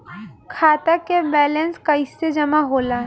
खाता के वैंलेस कइसे जमा होला?